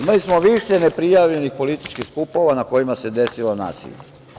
Imali smo više neprijavljenih političkih skupova na kojima se desilo nasilje.